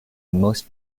most